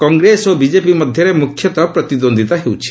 କଂଗ୍ରେସ ଓ ବିଜେପି ମଧ୍ୟରେ ମୁଖ୍ୟତଃ ପ୍ରତିଦ୍ୱନ୍ଦିତା ହେଉଛି